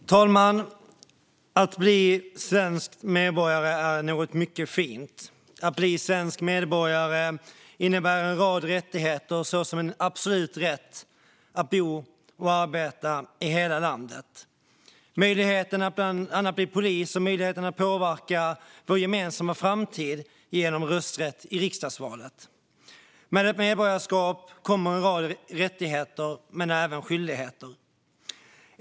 Fru talman! Att bli svensk medborgare är något mycket fint. Att bli svensk medborgare innebär en rad rättigheter, såsom en absolut rätt att bo och arbeta i hela landet, möjligheten att bli bland annat polis och möjligheten att påverka vår gemensamma framtid genom rösträtt i riksdagsvalet. Med ett medborgarskap kommer en rad rättigheter, men även skyldigheter.